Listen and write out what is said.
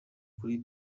kuri